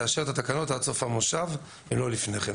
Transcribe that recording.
תאשר את התקנות עד סוף המושב אם לא לפני כן,